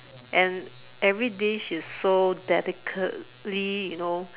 and every dish is so delicately you know